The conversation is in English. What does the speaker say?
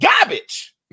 garbage